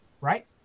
Right